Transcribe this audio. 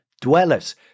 Dwellers